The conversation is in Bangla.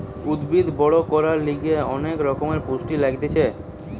উদ্ভিদ বড় করার লিগে অনেক রকমের পুষ্টি লাগতিছে